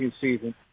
season